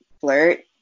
flirt